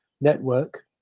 network